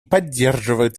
поддерживают